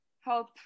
help